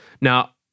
Now